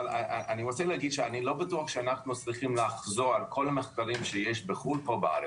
אבל אני לא בטוח שאנחנו צריכים לחזור על כל המחקרים שיש בחו"ל פה בארץ.